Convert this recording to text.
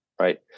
right